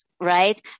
Right